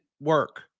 work